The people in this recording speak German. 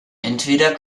entweder